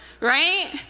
right